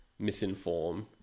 misinform